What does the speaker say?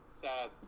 sad